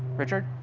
richard?